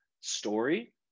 story